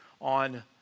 on